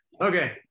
okay